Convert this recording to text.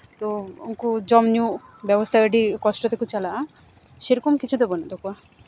ᱛᱚ ᱩᱱᱠᱩ ᱡᱚᱢ ᱧᱩ ᱵᱮᱵᱚᱥᱛᱷᱟ ᱟᱹᱰᱤ ᱠᱚᱥᱚ ᱛᱮᱠᱚ ᱪᱟᱞᱟᱜᱼᱟ ᱥᱮᱭ ᱨᱚᱠᱚᱢ ᱠᱤᱪᱷᱩ ᱫᱚ ᱵᱟᱹᱱᱩᱜ ᱛᱟᱠᱚᱣᱟ